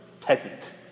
peasant